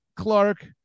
Clark